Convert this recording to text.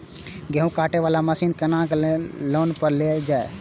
गेहूँ काटे वाला मशीन केना लोन पर लेल जाय?